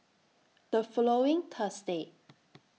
The following Thursday